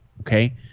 okay